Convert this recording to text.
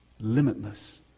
limitless